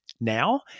now